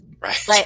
Right